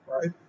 right